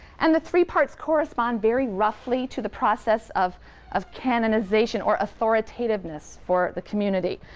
and the three parts correspond very roughly to the process of of canonization or authoritativeness for the community.